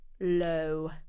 Low